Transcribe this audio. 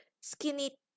skinny